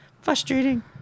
Frustrating